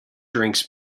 drinks